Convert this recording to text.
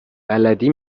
بلدی